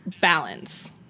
balance